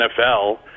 NFL